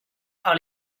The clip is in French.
par